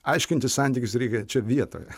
aiškintis santykius reikia čia vietoje